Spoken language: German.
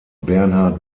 bernhard